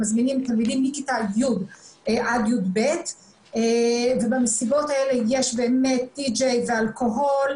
מזמינים תלמידים מכיתה י' עד י"ב ובמסיבות האלה יש די.ג'י ואלכוהול,